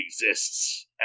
exists